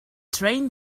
train